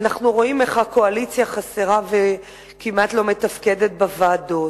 אנחנו רואים איך הקואליציה חסרה וכמעט לא מתפקדת בוועדות,